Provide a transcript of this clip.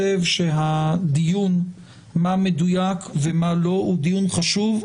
שהדיון מה מדויק ומה לא הוא דיון חשוב,